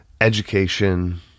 education